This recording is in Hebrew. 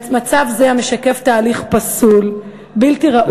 מצב זה, המשקף תהליך פסול, בלתי ראוי,